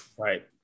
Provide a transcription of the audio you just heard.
Right